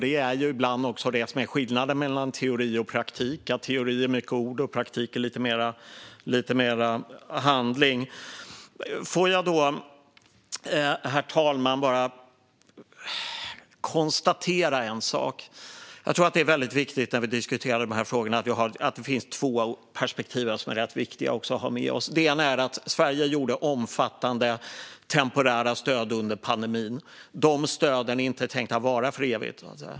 Det är ibland också det som är skillnaden på teori och praktik - teori är mycket ord, och praktik är lite mer handling. Låt mig bara konstatera en sak, herr talman. Jag tror att det är viktigt när vi diskuterar de här frågorna att det finns två perspektiv, som är rätt viktiga att ha med sig. Det ena är att Sverige skapade omfattande temporära stöd under pandemin. De stöden är inte tänkta att vara för evigt.